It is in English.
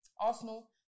Arsenal